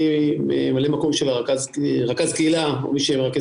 אני ממלא מקום של רכז הקהילה או מי שמרכז